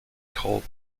called